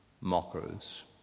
mockers